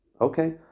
Okay